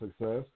success